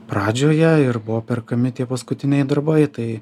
pradžioje ir buvo perkami tie paskutiniai darbai tai